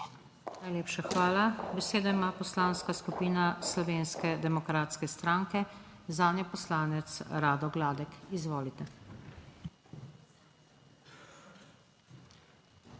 Najlepša hvala. Besedo ima Poslanska skupina Slovenske demokratske stranke, zanjo poslanec Rado Gladek. Izvolite.